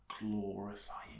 glorifying